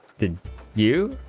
did you